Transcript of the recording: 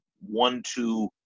one-two